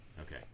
Okay